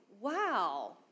Wow